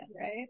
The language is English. right